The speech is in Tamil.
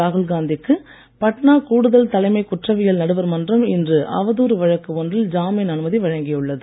ராகுல்காந்திக்கு பட்னா கூடுதல் தலைமை குற்றவியல் நடுவர் மன்றம் இன்று அவதூறு வழக்கு ஒன்றில் ஜாமீன் அனுமதி வழங்கியுள்ளது